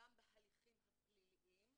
גם בהליכים הפליליים,